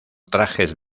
trajes